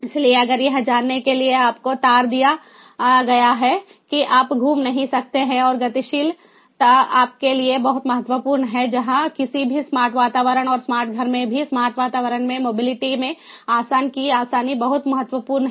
इसलिए अगर यह जानने के लिए आपको तार दिया गया है कि आप घूम नहीं सकते हैं और गतिशीलता आपके लिए बहुत महत्वपूर्ण है जहाँ किसी भी स्मार्ट वातावरण और स्मार्ट घर में भी स्मार्ट वातावरण में मोबिलिटी में आसान कि आसानी बहुत महत्वपूर्ण है